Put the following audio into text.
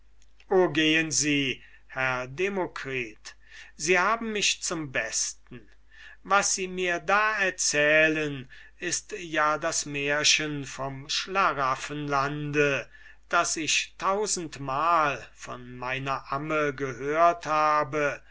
gehen sie herr demokritus sie haben mich zum besten was sie mir da erzählen ist ja das märchen vom schlaraffenlande das ich tausendmal von meiner amme gehört habe